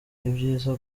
ibyiza